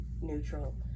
Neutral